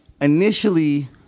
Initially